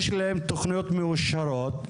יש להם תוכניות מאושרות,